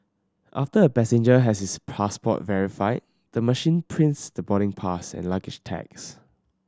after a passenger has his passport verified the machine prints the boarding pass and luggage tags